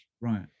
right